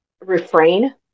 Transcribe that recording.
refrain